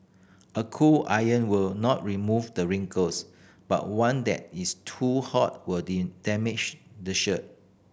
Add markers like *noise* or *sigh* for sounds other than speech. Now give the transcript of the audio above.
a cool iron will not remove the wrinkles but one that is too hot will *unintelligible* damage the shirt